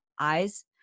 eyes